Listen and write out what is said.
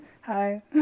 Hi